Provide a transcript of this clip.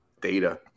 data